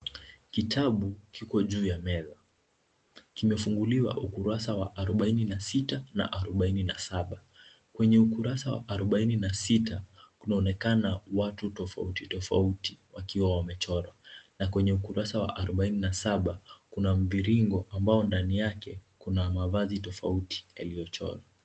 Kitabu kiko juu ya meza. Kumefunguliwa ukurasa wa arubaini na sita na arubaini na saba. Kwenye ukurasa wa arubaini na sita, kunaonekana watu tofauti tofauti wakiwa wamechorwa na kwenye ukurasa wa arubaini na saba kuna mviringo ambao ndani yake kuna mavazi tofauti yaliyochorwa.